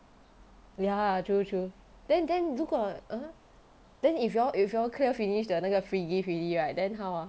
ya true true then then 如果 !huh! then if you all if you all clear finish the 那个 free gift already right then how ah